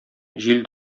җил